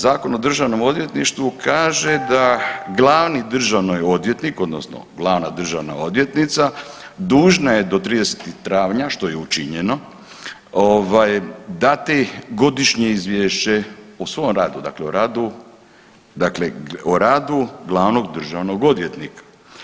Zakona o državnom odvjetništvu kaže da glavni državni odvjetnik odnosno glavna državna odvjetnica dužna je do 30. travnja, što je i učinjeno, dati godišnje izvješće o svom radu dakle o radu glavnog državnog odvjetnika.